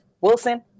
Wilson